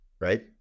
right